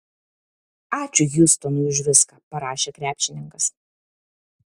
ačiū hjustonui už viską parašė krepšininkas